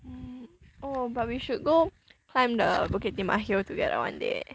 um oh but we should go climb the bukit timah hill together one day